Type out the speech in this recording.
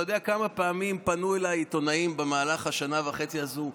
אתה יודע כמה פעמים פנו אליי עיתונאים במהלך השנה וחצי הזאת: